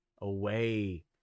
away